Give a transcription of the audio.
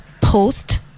post